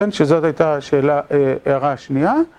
כן, שזאת הייתה השאלה ההערה השנייה.